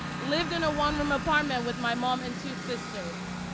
lived in a one-room apartment with my mom and two sisters.